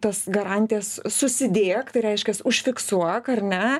tas garantijas susidėk tai reiškias užfiksuok ar ne